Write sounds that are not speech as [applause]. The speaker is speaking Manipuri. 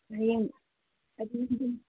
ꯍꯌꯦꯡ [unintelligible]